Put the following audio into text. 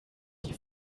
die